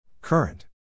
current